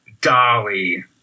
dolly